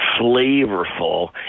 flavorful